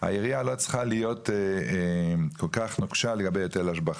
העירייה לא צריכה להיות כל כך נוקשה לגבי היטל השבחה.